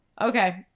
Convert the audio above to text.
Okay